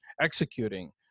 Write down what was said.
executing